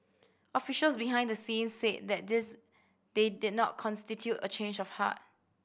officials behind the scenes said that this they did not constitute a change of heart